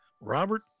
Robert